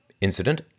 incident